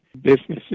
businesses